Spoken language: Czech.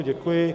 Děkuji.